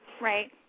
Right